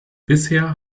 bisher